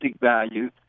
value